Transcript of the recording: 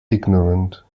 ignorant